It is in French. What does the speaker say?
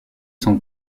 sont